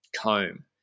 comb